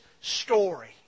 story